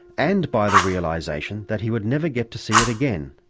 and by the realisation that he would never get to see it again.